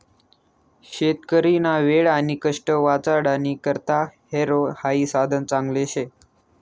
शेतकरीना वेळ आणि कष्ट वाचाडानी करता हॅरो हाई साधन चांगलं शे